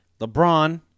LeBron